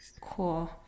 Cool